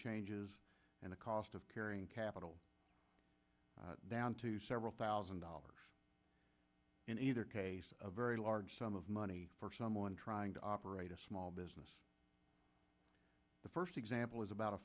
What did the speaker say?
changes and the cost of carrying capital down to several thousand dollars in either case a very large sum of money for someone trying to operate a small business the first example is about a